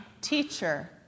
Teacher